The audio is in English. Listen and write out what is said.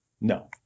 no